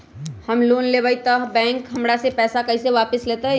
हम लोन लेलेबाई तब बैंक हमरा से पैसा कइसे वापिस लेतई?